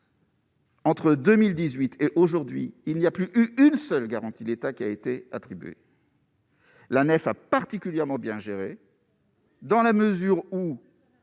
Entre 2018 et aujourd'hui il n'y a plus une seule garantie, l'État qui a été attribué. La nef a particulièrement bien gérées. Dans la mesure où.